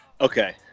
Okay